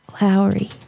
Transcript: Lowry